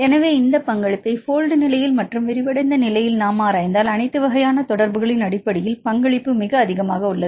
எனவே இந்த பங்களிப்பை போல்ட் நிலையில் மற்றும் விரிவடைந்த நிலையில் நாம் ஆராய்ந்தால் அனைத்து வகையான தொடர்புகளின் அடிப்படையில் பங்களிப்பு மிக அதிகமாக உள்ளது